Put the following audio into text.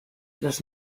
los